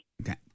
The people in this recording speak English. Okay